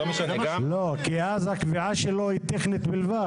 כי אז הקביעה שלו היא טכנית בלבד.